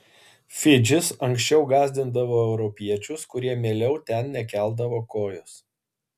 fidžis anksčiau gąsdindavo europiečius kurie mieliau ten nekeldavo kojos